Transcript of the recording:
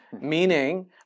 Meaning